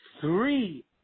three